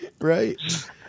Right